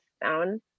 found